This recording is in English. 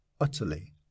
utterly